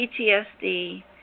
PTSD